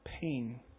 pain